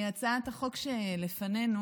הצעת החוק שלפנינו,